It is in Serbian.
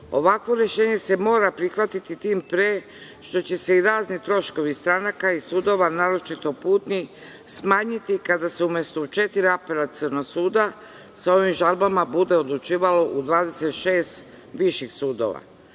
ovakvo rešenje se mora prihvatiti tim pre što će se i razni troškovi stranaka i sudova, naročito putni smanjiti kada se u mesto u četiri apelaciona suda sa ovim žalbama bude odlučivalo u 26 viših sudova. Na